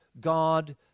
God